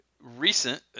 Recent